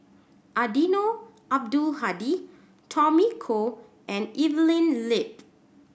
Eddino Abdul Hadi Tommy Koh and Evelyn Lip